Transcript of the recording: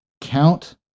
count